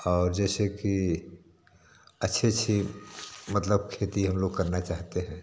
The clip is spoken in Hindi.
और जैसे कि अच्छी अच्छी मतलब खेती हम लोग करना चाहते हैं